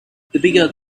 bigger